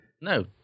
No